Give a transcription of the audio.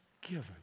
given